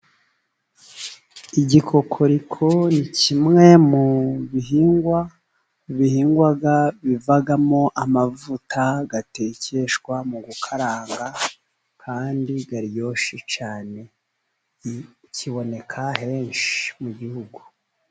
Igikokoriko ni kimwe mu bihingwa, bihingwa bivamo amavuta atekeshwa mu gukaranga, kandi aryoshye cyane kiboneka henshi mu gihugu.